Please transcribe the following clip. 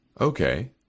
Okay